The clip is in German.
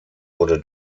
wurde